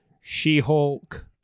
She-Hulk